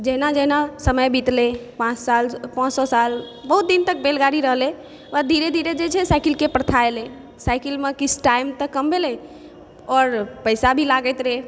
जेना जेना समय बीतलै पाँच साल पाँच सए साल बहुत दिन तक बैलगाड़ी रहलै ओकर बाद धीरे धीरे जे छै साइकिलके प्रथा एलै साइकिलमे किछु टाइम तऽ कम भेलै आओर पैसा भी लागैत रहै